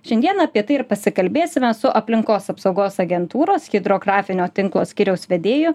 šiandien apie tai ir pasikalbėsime su aplinkos apsaugos agentūros hidrografinio tinklo skyriaus vedėju